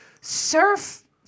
surf